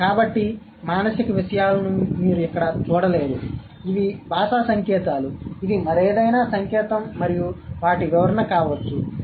కాబట్టి మానసిక విషయాలను మీరు ఎక్కడ చూడలేరు ఇవి భాషా సంకేతాలు ఇది మరేదైనా సంకేతం మరియు వాటి వివరణ కావచ్చు